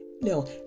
No